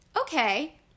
okay